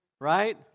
Right